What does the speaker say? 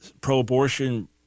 pro-abortion